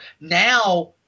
now